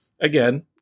again